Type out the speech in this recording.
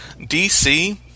DC